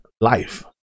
life